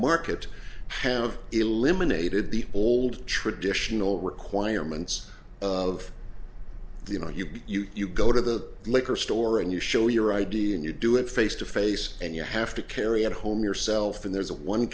market have eliminated the old traditional requirements of the you know you go to the liquor store and you show your id and you do it face to face and you have to carry it home yourself and there's a one